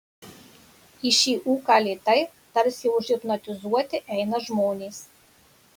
į šį ūką lėtai tarsi užhipnotizuoti eina žmonės